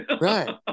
right